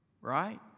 right